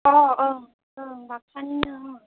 अ अ ओं बाकसानिनो आं